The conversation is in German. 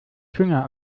finger